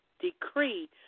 decree